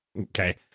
okay